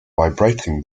vibrating